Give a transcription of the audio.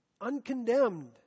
Uncondemned